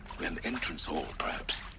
an entrance hall, perhaps